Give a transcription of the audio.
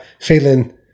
feeling